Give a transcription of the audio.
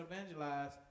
evangelize